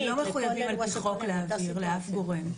הם לא מחויבים להעביר על פי חוק להעביר לאף גורם.